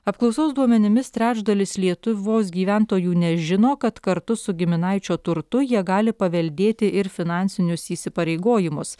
apklausos duomenimis trečdalis lietuvos gyventojų nežino kad kartu su giminaičio turtu jie gali paveldėti ir finansinius įsipareigojimus